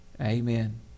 Amen